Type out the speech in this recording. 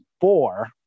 four